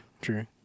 true